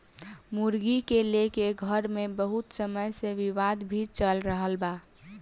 मुर्गी के लेके घर मे बहुत समय से विवाद भी चल रहल बा